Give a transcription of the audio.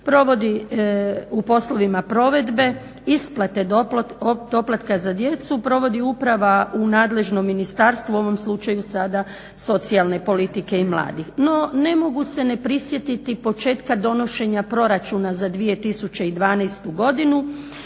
provodi u poslovima provedbe, isplate doplatka za djecu, provodi uprava u nadležnom ministarstvu. U ovom slučaju sada socijalne politike i mladih. No, ne mogu se ne prisjetiti početka donošenja proračuna za 2012. godinu